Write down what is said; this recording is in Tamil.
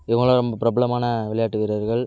இவங்களாம் ரொம்ப பிரபலமான விளையாட்டு வீரர்கள்